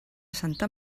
santa